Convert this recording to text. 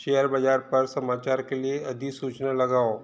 share बाज़ार पर समाचार के लिए अधिसूचना लगाओ